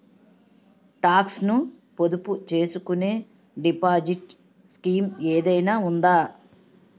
Talks ను పొదుపు చేసుకునే డిపాజిట్ స్కీం ఏదైనా ఉందా?